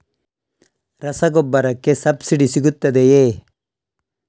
ರಸಗೊಬ್ಬರಕ್ಕೆ ಸಬ್ಸಿಡಿ ಸಿಗುತ್ತದೆಯೇ?